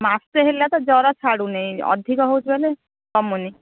ମାସେ ହେଲା ତ ଜ୍ୱର ଛାଡ଼ୁନି ଅଧିକ ହେଉଛି ମାନେ କମୁନି